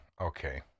okay